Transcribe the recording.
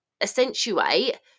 accentuate